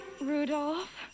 Rudolph